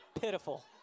Pitiful